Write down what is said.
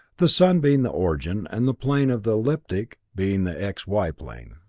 the sun being the origin, and the plane of the elliptic being the x y plane.